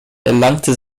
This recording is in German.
erlangte